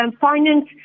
finance